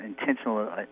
intentional